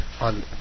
on